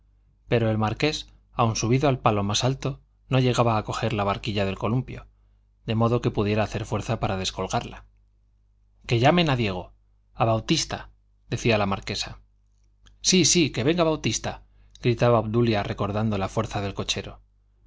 pero el marqués aun subido al palo más alto no llegaba a coger la barquilla del columpio de modo que pudiera hacer fuerza para descolgarla que llamen a diego a bautista decía la marquesa sí sí que venga bautista gritaba obdulia recordando la fuerza del cochero